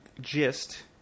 gist